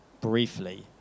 briefly